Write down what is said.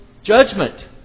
Judgment